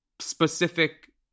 specific